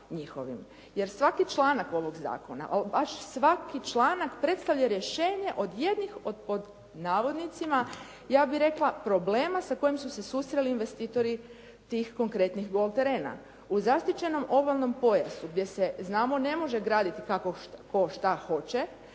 Jer svaki članak ovog zakona, ali baš svaki članak predstavlja rješenje od jednih od pod navodnicima, ja bih rekla problema sa kojim su se susreli investitori tih konkretnih golf terena. U zaštićenom obalnom pojasu gdje se znamo ne može graditi kako tko šta hoće,